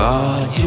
God